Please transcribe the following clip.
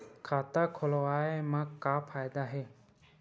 खाता खोलवाए मा का फायदा हे